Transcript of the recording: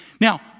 Now